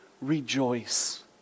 rejoice